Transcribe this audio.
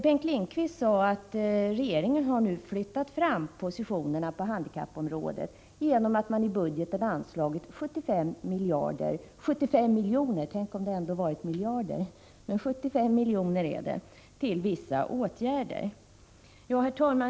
Bengt Lindqvist sade att regeringen nu har flyttat fram positionerna på handikappområdet genom att man i budgeten anslagit 75 miljoner till vissa åtgärder. Herr talman!